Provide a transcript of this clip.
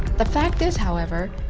the fact is however,